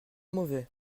mauvais